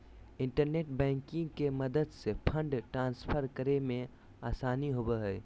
internet banking के मदद से फंड ट्रांसफर करे मे आसानी होवो हय